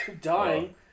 dying